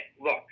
look